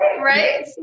right